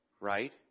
right